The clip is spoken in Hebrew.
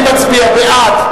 אני מצביע בעד,